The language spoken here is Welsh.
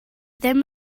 ddim